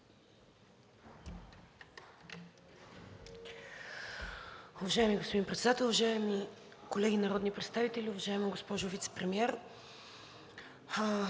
Уважаеми господин Председател, уважаеми колеги народни представители! Уважаема госпожо Вицепремиер,